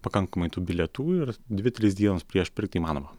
pakankamai tų bilietų ir dvi trys dienos prieš pirkti įmanoma